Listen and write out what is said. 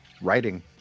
writing